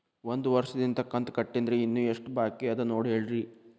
ಒಂದು ವರ್ಷದಿಂದ ಕಂತ ಕಟ್ಟೇನ್ರಿ ಇನ್ನು ಎಷ್ಟ ಬಾಕಿ ಅದ ನೋಡಿ ಹೇಳ್ರಿ